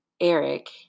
Eric